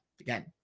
again